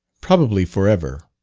probably for ever.